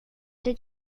did